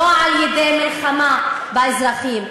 לא על-ידי מלחמה באזרחים.